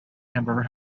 hamburger